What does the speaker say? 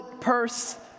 purse